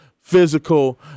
physical